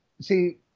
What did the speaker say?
see